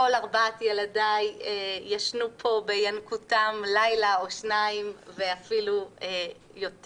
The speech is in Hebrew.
כל ארבעת ילדיי ישנו פה בינקותם לילה או שניים ואפילו יותר.